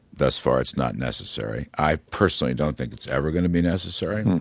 thus far it's not necessary. i personally don't think it's ever going to be necessary. and